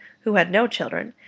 who had no children,